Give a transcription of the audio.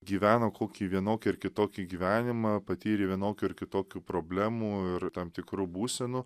gyveno kokį vienokį ar kitokį gyvenimą patyrė vienokių ar kitokių problemų ir tam tikrų būsenų